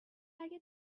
اگه